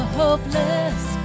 hopeless